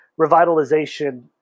revitalization